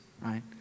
right